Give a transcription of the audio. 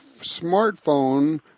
smartphone